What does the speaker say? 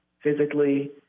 physically